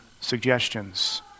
suggestions